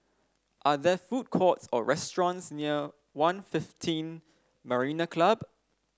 are there food courts or restaurants near One fifteen Marina Club